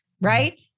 right